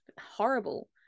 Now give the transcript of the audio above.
horrible